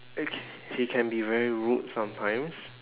okay he can be very rude sometimes